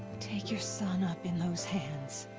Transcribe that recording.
take your son up in those hands.